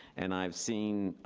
and i've seen